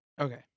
Okay